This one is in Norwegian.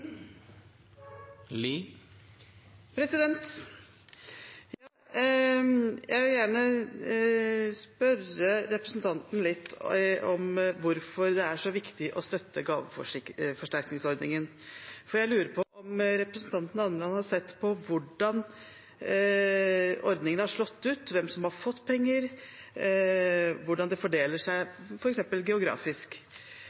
så viktig å støtte gaveforsterkningsordningen. For jeg lurer på om representanten Almeland har sett på hvordan ordningen har slått ut, hvem som har fått penger, og hvordan det f.eks. fordeler